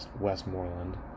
Westmoreland